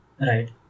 Right